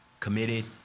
Committed